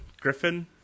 griffin